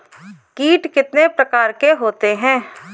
कीट कितने प्रकार के होते हैं?